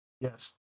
Yes